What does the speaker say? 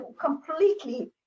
completely